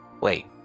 Wait